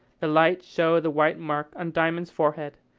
the light showed the white mark on diamond's forehead,